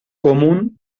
común